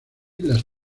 las